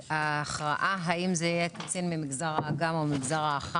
ההכרעה האם זה יהיה קצין ממגזר האג"מ או מגזר האח"מ.